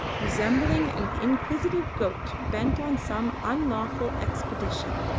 resembling an inquisitive goat bent on some unlawful expedition.